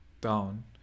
down